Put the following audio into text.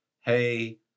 hey